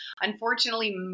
unfortunately